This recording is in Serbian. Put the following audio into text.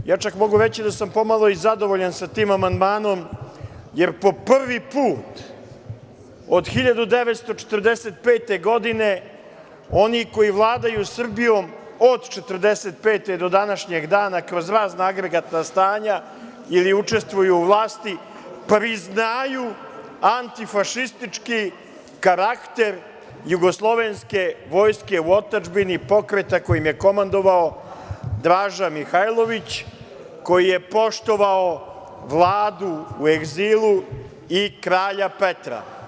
Ja čak mogu reći da sam pomalo i zadovoljan tim amandmanom, jer po prvi put od 1945. godine oni koji vladaju Srbijom od 1945. godine do današnjeg dana kroz razna agregatna stanje ili učestvuju u vlasti priznaju antifašistički karakter Jugoslovenske vojske u otadžbini i pokreta kojim je komandovao Draža Mihajlović koji je poštovao Vladu u egzilu i kralja Petra.